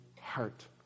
heart